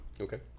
Okay